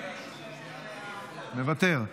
מוותר,